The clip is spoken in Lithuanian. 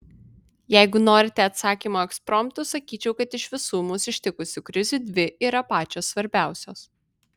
jeigu norite atsakymo ekspromtu sakyčiau kad iš visų mus ištikusių krizių dvi yra ypač svarbios